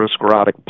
atherosclerotic